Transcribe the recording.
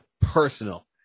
Personal